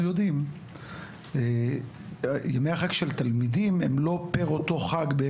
יודעים - ימי החג של תלמידים הם לא פר אותו חג,